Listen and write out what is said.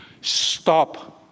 stop